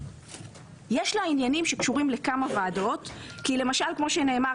יש לה עניינים שקשורים לכמה ועדות כי למשל כמו שנאמר